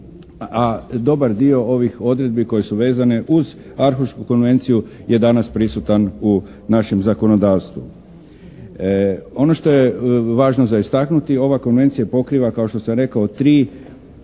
a dobar dio ovih odredbi koje su vezane uz Arhušku konvenciju je danas prisutan u našem zakonodavstvu. Ono što je važno za istaknuti, ova Konvencija pokriva 3 tzv. stupa kad se govori o